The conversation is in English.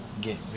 get